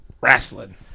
Wrestling